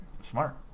smart